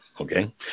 Okay